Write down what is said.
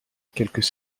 quelques